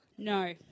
No